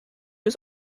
was